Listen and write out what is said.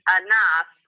enough